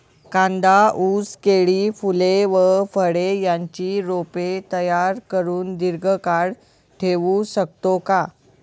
कांदा, ऊस, केळी, फूले व फळे यांची रोपे तयार करुन दिर्घकाळ ठेवू शकतो का?